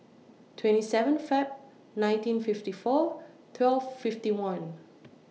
twenty seven Feb nineteen fifty four twelve fifty one